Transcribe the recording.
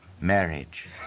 marriage